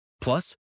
Plus